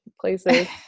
places